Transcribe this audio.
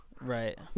Right